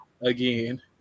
again